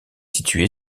située